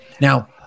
Now